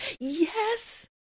Yes